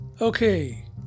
Okay